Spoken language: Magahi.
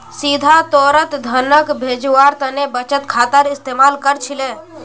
सीधा तौरत धनक भेजवार तने बचत खातार इस्तेमाल कर छिले